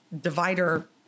divider